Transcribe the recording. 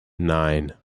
nine